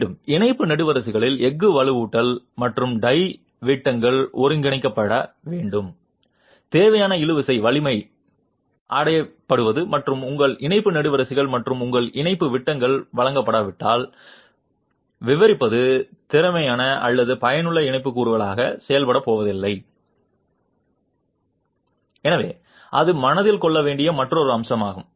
மீண்டும் இணைப்பு நெடுவரிசைகளின் எஃகு வலுவூட்டல் மற்றும் டை விட்டங்கள் ஒருங்கிணைக்கப்பட வேண்டும் தேவையான இழுவிசை வலிமை அடையப்படுவது மற்றும் உங்கள் இணைப்பு நெடுவரிசைகள் மற்றும் உங்கள் இணைப்பு விட்டங்கள் வழங்கப்படாவிட்டால் விவரிப்பது திறமையான அல்லது பயனுள்ள இணைப்பு கூறுகளாக செயல்படப்போவதில்லை எனவே அது மனதில் கொள்ள வேண்டிய மற்றொரு அம்சமாகும்